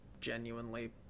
genuinely